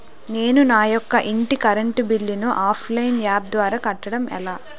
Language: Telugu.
నేను నా యెక్క ఇంటి కరెంట్ బిల్ ను ఆన్లైన్ యాప్ ద్వారా కట్టడం ఎలా?